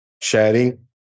sharing